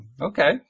okay